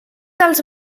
dels